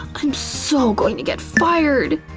i'm so going to get fired!